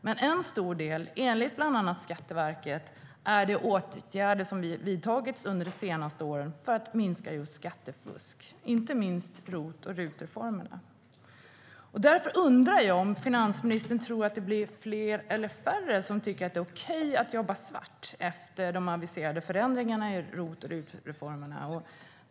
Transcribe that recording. Men en stor del enligt bland annat Skatteverket är de åtgärder som har vidtagits under de senaste åren för att minska just skattefusk och inte minst RUT och ROT-reformerna. Därför undrar jag om finansministern tror att det blir fler eller färre som tycker att det är okej att jobba svart efter de aviserade förändringarna i ROT och RUT-reformerna.